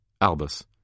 Albus